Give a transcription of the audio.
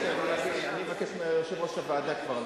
אני אבקש מיושב-ראש הוועדה כבר,